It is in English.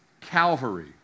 Calvary